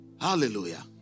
Hallelujah